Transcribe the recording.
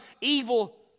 evil